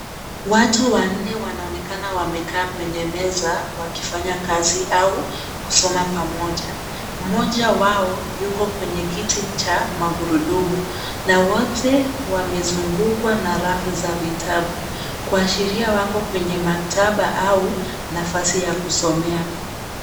Watu wanne wanaonekana wamekaa kwenye meza, wakifanya kazi, au kusoma pamoja. Mmoja wao, yuko kwenye kiti cha magurudumu, na wote wamezungukwa na rafu za vitabu, kuashiria wako kwenye maktaba, au nafasi ya kusomea.